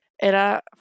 era